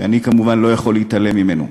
שאני כמובן לא יכול להתעלם ממנו.